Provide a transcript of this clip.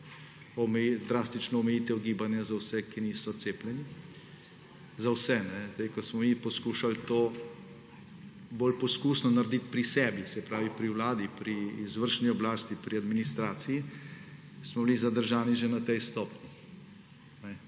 drastično omejitev gibanja za vse, ki niso cepljeni. Za vse. Ko smo mi poskušali to bolj poskusno narediti pri sebi, se pravi pri vladi, pri izvršni oblasti, pri administraciji, smo bili zadržani že na tej stopnji.